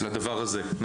אני